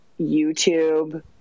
YouTube